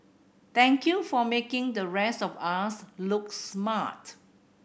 thank you for making the rest of us look smart